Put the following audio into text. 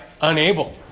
unable